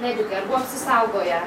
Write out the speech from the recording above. medikai ar buvo apsisaugoję